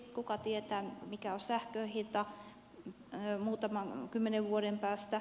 kuka tietää mikä on sähkön hinta muutaman kymmenen vuoden päästä